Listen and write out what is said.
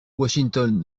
washington